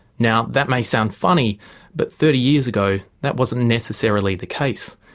now that may sound funny but thirty years ago that wasn't necessarily the case.